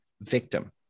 victim